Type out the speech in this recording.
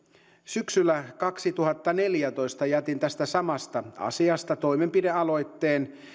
syksyllä kaksituhattaneljätoista jätin tästä samasta asiasta toimenpidealoitteen